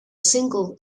single